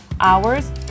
hours